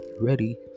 ready